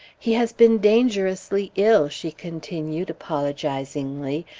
he has been dangerously ill, she continued, apologizingly,